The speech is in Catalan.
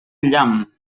llamp